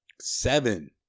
Seven